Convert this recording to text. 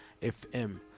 FM